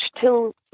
till